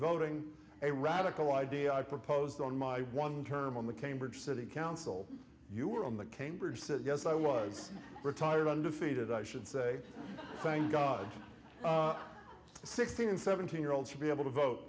voting a radical idea i proposed on my one term on the cambridge city council you were on the cambridge said yes i was retired undefeated i should say thank god sixteen and seventeen year olds should be able to vote